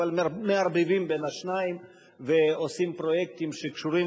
אבל מערבבים בין השניים ועושים פרויקטים שקשורים